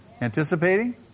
Anticipating